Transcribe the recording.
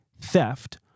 theft